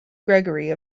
gregory